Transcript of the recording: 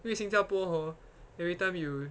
因为新加坡 hor every time you